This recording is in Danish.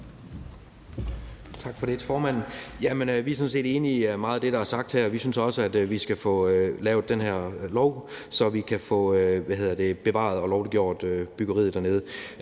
Tak for det, formand. Vi er sådan set enige i meget af det, der er sagt her, og vi synes også, at vi skal få lavet den her lov, så vi kan få bevaret og lovliggjort byggeriet dernede.